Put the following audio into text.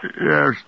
Yes